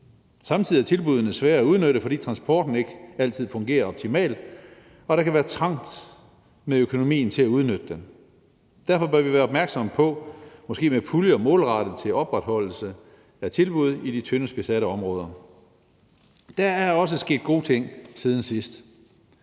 Samtidig er tilbuddene svære at udnytte, fordi transporten ikke altid fungerer optimalt, og der kan være trange kår for økonomien i forhold til at udnytte dem. Det bør vi være opmærksomme på måske med puljer målrettet opretholdelsen af tilbud i de tyndest besatte områder. Der er også sket gode ting siden sidst.